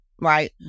right